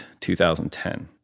2010